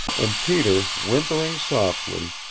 and peter, whimpering softly,